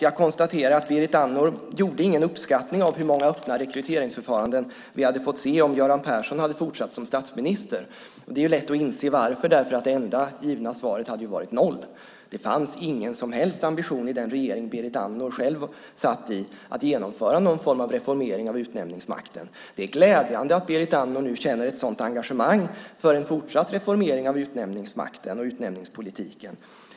Jag konstaterar att Berit Andnor inte gjorde någon uppskattning av hur många öppna rekryteringsförfaranden vi hade fått se om Göran Persson hade fortsatt som statsminister. Det är lätt att inse varför. Det enda givna svaret hade varit noll. Det fanns ingen som helst ambition i den regering Berit Andnor själv satt i att genomföra någon form av reformering av utnämningsmakten. Det är glädjande att Berit Andnor nu känner ett sådant engagemang för en fortsatt reformering av utnämningsmakten och utnämningspolitiken.